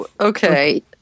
Okay